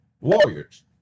warriors